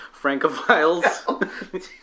francophiles